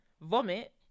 vomit